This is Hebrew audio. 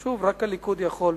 שוב, רק הליכוד יכול.